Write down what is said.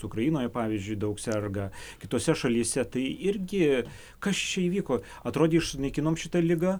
ukrainoje pavyzdžiui daug serga kitose šalyse tai irgi kas čia įvyko atrodė išnaikinom šitą ligą